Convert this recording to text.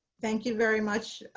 thank you very much.